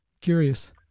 Curious